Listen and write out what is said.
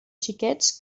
xiquets